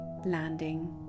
landing